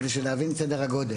זאת כדי להבין את סדר הגודל.